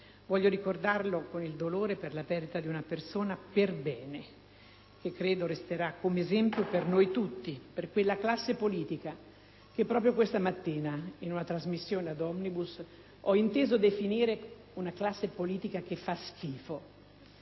Voglio ricordarlo con il dolore per la perdita di una persona perbene, che credo resterà come esempio per noi tutti e per quella classe politica che proprio questa mattina, nel corso della trasmissione «Omnibus», ho inteso definire una classe politica che fa schifo.